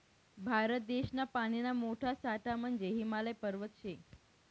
भारत देशना पानीना मोठा साठा म्हंजे हिमालय पर्वत शे